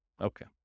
Okay